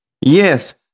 yes